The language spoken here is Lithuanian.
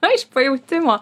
iš pajautimo